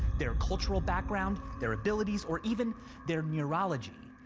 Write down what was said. their cultural background, their abilities, or even their neurology.